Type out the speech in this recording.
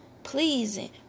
Pleasing